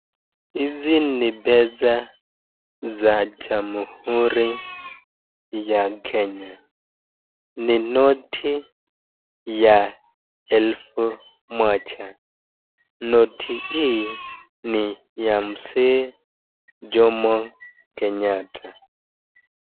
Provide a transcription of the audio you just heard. Hizi ni pesa za jamhuri ya Kenya, ni noti ya elfu moja, noti hii ni ya mzee Jomo Kenyatta.